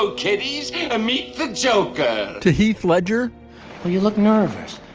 so kitty is a meat joke to heath ledger well you look nervous.